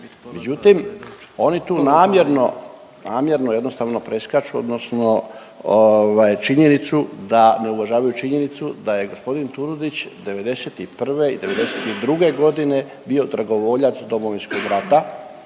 Međutim, oni tu namjerno, namjerno jednostavno preskaču odnosno ovaj činjenicu da, ne uvažavaju činjenicu da je gospodin Turudić '91. i '92. godine bio dragovoljac Domovinskog rata